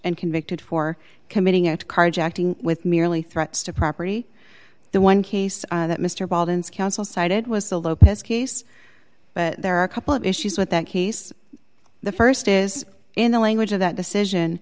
and convicted for committing a carjacking with merely threats to property the one case that mr bolton's counsel cited was a lopez case but there are a couple of issues with that case the st is in the language of that decision